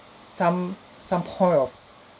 some some point of